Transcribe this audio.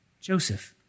Joseph